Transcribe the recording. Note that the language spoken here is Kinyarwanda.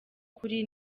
kuri